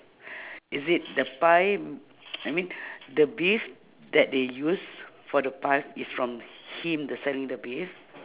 is it the pie I mean the beef that they use for the pie is from him the